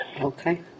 Okay